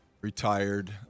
retired